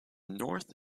north